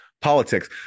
politics